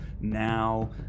now